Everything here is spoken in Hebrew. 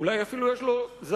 אולי אפילו יש לו זקן,